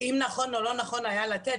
אם נכון או לא נכון היה לתת,